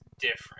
different